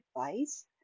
advice